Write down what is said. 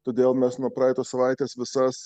todėl mes nuo praeitos savaitės visas